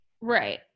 right